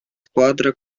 squadra